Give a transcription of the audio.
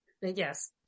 yes